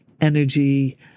energy